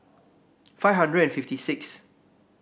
five hundred fifty sixth